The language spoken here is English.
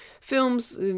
Films